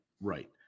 Right